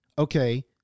Okay